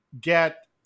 get